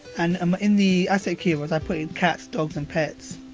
and um in the asset keywords, i put in cats, dogs and pets.